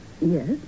Yes